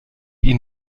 ihnen